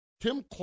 Tim